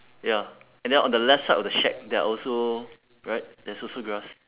ya and then on the left side of the shack there are also right there's also grass